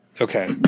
Okay